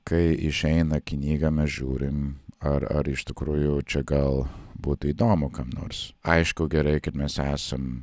kai išeina knyga mes žiūrim ar ar iš tikrųjų čia gal būtų įdomu kam nors aišku gerai kad mes esam